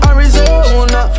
Arizona